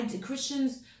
Christian's